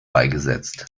beigesetzt